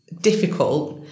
difficult